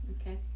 okay